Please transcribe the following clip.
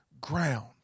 ground